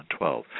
2012